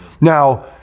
Now